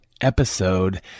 episode